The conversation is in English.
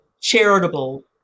charitable